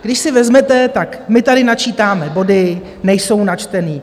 Když si vezmete, tak my tady načítáme body nejsou načteny.